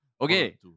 Okay